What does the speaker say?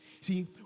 See